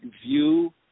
view